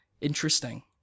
interesting